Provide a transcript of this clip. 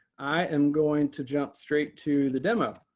i am going to jump straight to the demo.